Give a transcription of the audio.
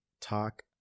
talk